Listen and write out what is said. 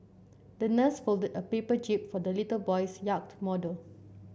the nurse folded a paper jib for the little boy's yacht model